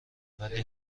ولی